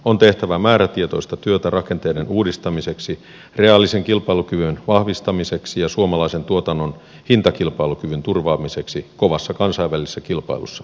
on tehtävä määrätietoista työtä rakenteiden uudistamiseksi reaalisen kilpailukyvyn vahvistamiseksi ja suomalaisen tuotannon hintakilpailukyvyn turvaamiseksi kovassa kansainvälisessä kilpailussa